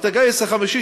את הגיס החמישי,